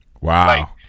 Wow